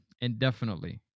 indefinitely